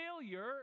failure